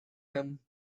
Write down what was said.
him